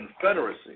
confederacy